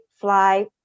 fly